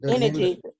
Energy